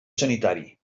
sanitari